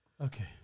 okay